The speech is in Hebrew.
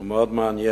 זה מאוד מעניין,